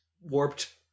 warped